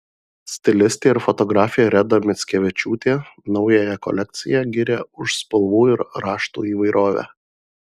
stilistė ir fotografė reda mickevičiūtė naująją kolekciją giria už spalvų ir raštų įvairovę